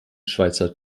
schweizer